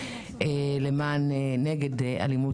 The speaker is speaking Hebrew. עאידה,